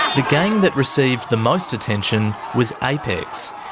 the gang that received the most attention was apex,